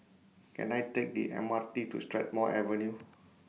Can I Take The M R T to Strathmore Avenue